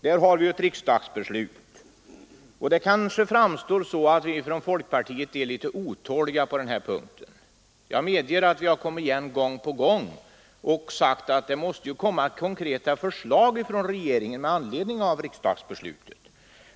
Där finns det ett riksdagsbeslut, och det kanske framstår som om vi från folkpartiet är litet otåliga härvidlag. Jag medger att vi gång på gång har sagt att det måste komma konkreta förslag från regeringen med anledning av riksdagsbeslutet.